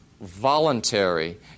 voluntary